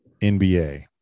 NBA